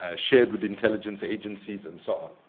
ah shared with intelligence agencies and so on.